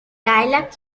dialect